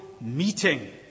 Meeting